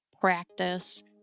practice